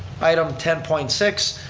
item ten point six.